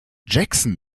jackson